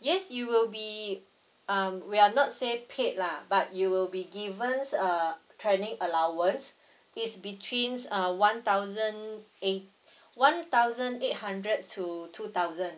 yes you will be um we're not say paid lah but you will be given uh training allowance it's between uh one thousand eight one thousand eight hundred to two thousand